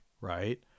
right